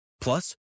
Plus